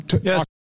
Yes